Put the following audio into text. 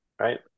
right